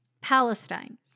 Palestine